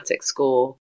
score